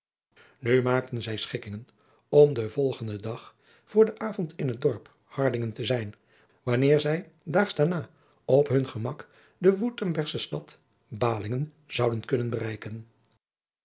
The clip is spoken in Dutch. nu maakten zij schikkingen om den volgenden dag voor den avond in het dorp hardingen te zijn wanneer zij daags daarna op hun gemak de wurtembergsche stad bahlingen zouden kunnen bereiken